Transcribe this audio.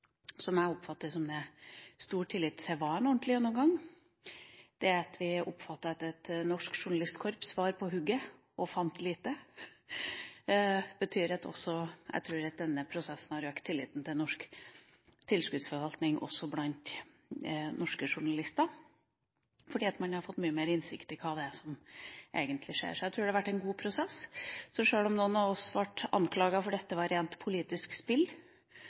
jeg oppfatter stor tillit til at det var en ordentlig gjennomgang. Det at et norsk journalistkorps var på hugget og fant lite, tror jeg betyr at denne prosessen har økt tilliten til norsk tilskuddsforvaltning også blant norske journalister, fordi man har fått mye mer innsikt i hva det er som egentlig skjer. Jeg tror det har vært en god prosess. Sjøl om noen av oss ble anklaget for å drive rent politisk spill